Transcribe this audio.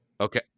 Okay